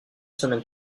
semaine